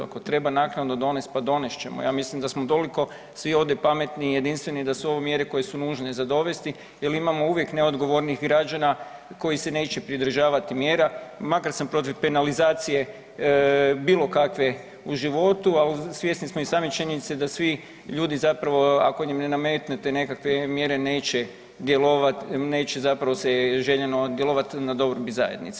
Ako treba naknado donest, pa donest ćemo ja mislim da smo toliko svi ovdje pametni i jedinstveni da su ovo mjere koje su nužne za dovesti jer imamo uvijek neodgovornih građana koji se neće pridržavati mjera, makar sam protiv penalizacije bilo kakve u životu, ali svjesni smo i sami činjenice da svi ljudi zapravo ako im ne nametnete nekakve mjere neće djelovat, neće zapravo se željeno djelovati na dobrobit zajednice.